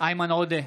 איימן עודה,